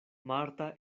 marta